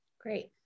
Great